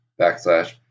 backslash